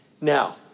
Now